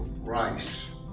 rice